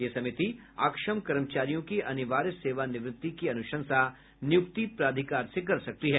यह समिति अक्षम कर्मचारियों की अनिवार्य सेवानिवृत्ति की अनुशंसा नियुक्ति प्राधिकार से कर सकती है